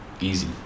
easy